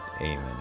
Amen